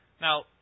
Now